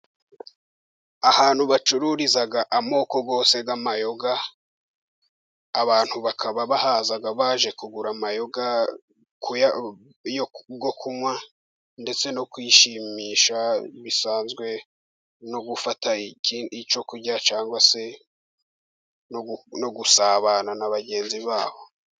Ahantu bacururiza amoko yose y'amayoga. Abantu bakaba bahaza baje kugura amayoga yo kunywa, ndetse no kwishimisha bisanzwe, no gufata ikindi cyo kurya, cyangwa se no gusabana na bagenzi babo.